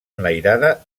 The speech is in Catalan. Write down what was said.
enlairada